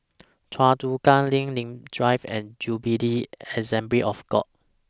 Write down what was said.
Choa Chu Kang LINK Nim Drive and Jubilee Assembly of God